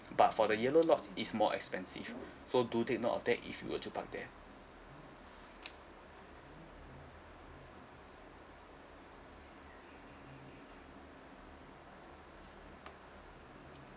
but for the yellow lots is more expensive so do take note of that if you were to park there